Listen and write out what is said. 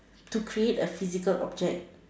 to create a physical object